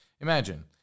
imagine